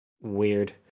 weird